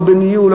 לא בניהול,